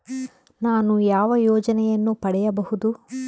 ನಾನು ಯಾವ ಯೋಜನೆಯನ್ನು ಪಡೆಯಬಹುದು?